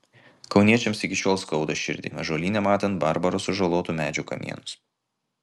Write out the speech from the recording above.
kauniečiams iki šiol skauda širdį ąžuolyne matant barbaro sužalotų medžių kamienus